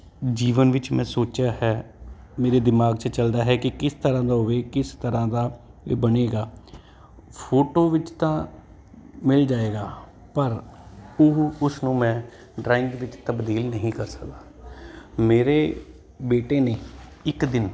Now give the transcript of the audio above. ਜੀਵਨ ਵਿੱਚ ਮੈਂ ਸੋਚਿਆ ਹੈ ਮੇਰੇ ਦਿਮਾਗ 'ਚ ਚੱਲਦਾ ਹੈ ਕਿ ਕਿਸ ਤਰ੍ਹਾਂ ਦਾ ਹੋਵੇ ਕਿਸ ਤਰ੍ਹਾਂ ਦਾ ਇਹ ਬਣੇਗਾ ਫੋਟੋ ਵਿੱਚ ਤਾਂ ਮਿਲ ਜਾਏਗਾ ਪਰ ਉਹ ਉਸ ਨੂੰ ਮੈਂ ਡਰਾਇੰਗ ਵਿੱਚ ਤਬਦੀਲ ਨਹੀਂ ਕਰ ਸਕਦਾ ਮੇਰੇ ਬੇਟੇ ਨੇ ਇੱਕ ਦਿਨ